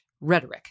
rhetoric